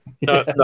no